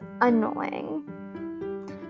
annoying